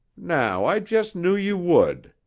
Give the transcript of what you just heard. now i just knew you would!